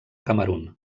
camerun